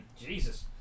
Jesus